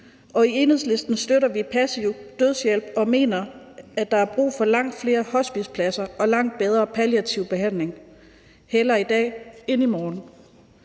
I Enhedslisten støtter vi passiv dødshjælp og mener, at der er brug for langt flere hospicepladser og langt bedre palliativ behandling, hellere i dag end i morgen.